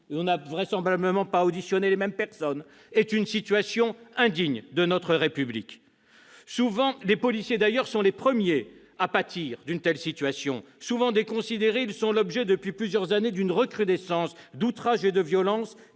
n'avons vraisemblablement pas auditionné les mêmes personnes, madame Assassi -, est une situation indigne de notre République. Les policiers sont les premiers à pâtir d'une telle situation. Souvent déconsidérés, ils sont l'objet, depuis plusieurs années, d'une recrudescence d'outrages et de violences,